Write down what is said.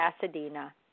Pasadena